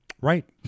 Right